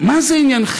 מה זה עניינכם?